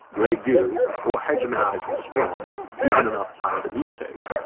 grey goo, or hegemonizing swarms given enough time to mutate.